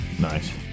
Nice